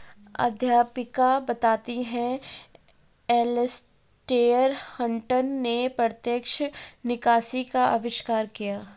अध्यापिका बताती हैं एलेसटेयर हटंन ने प्रत्यक्ष निकासी का अविष्कार किया